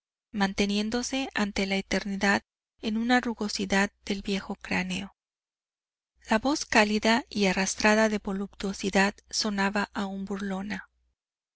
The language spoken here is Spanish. manteniéndose ante la eternidad en una rugosidad del viejo cráneo la voz cálida y arrastrada de voluptuosidad sonaba aún burlona